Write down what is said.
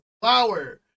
flower